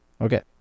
Okay